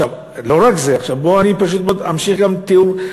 לא רק זה, אני פשוט מאוד אמשיך גם את התיאור.